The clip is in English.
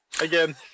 Again